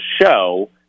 show